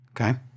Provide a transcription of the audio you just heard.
Okay